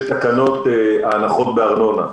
הפרוצדורה בעצם פשוטה מאוד יש תקנות הנחות בארנונה,